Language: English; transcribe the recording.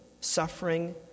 suffering